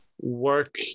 work